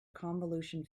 convolution